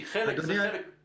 היא חלק מהתוכנית.